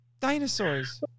Dinosaurs